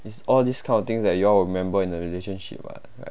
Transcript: it's all these kind of things that you all will remember in the relationship [what] right